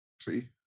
See